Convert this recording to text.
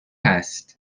هست